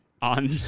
on